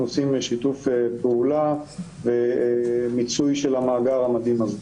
עושים שיתוף פעולה ומיצוי של המאגר המדהים הזה.